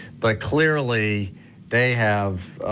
but clearly they have,